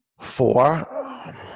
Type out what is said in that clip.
four